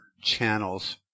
channels